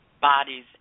bodies